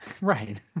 Right